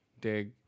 Dig